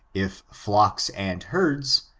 if flocks and herds,